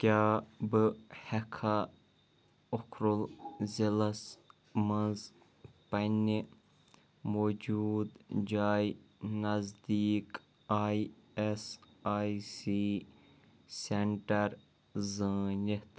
کیٛاہ بہٕ ہٮ۪کھا اُخرُل ضِلعس مَنٛز پننہِ موٗجوٗد جایہِ نزدیٖک I S I C centre زٲنِتھ